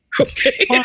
Okay